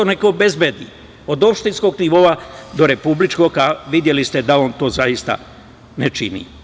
Neka obezbede 30%, od opštinskog nivoa do republičkog, a videli ste da on to zaista ne čini.